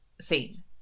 scene